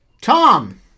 Tom